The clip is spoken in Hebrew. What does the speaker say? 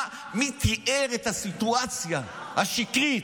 מי תיאר את הסיטואציה השקרית?